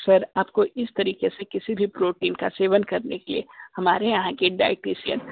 sir आपको इस तरीके से किसी भी प्रोटीन का सेवन करने के लिए हमारे यहाँ के डायटीशियन